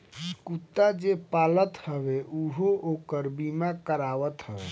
कुत्ता जे पालत हवे उहो ओकर बीमा करावत हवे